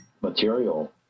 material